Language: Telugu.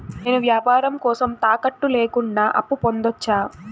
నేను వ్యాపారం కోసం తాకట్టు లేకుండా అప్పు పొందొచ్చా?